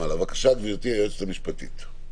בבקשה, גברתי היועצת המשפטית.